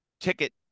ticket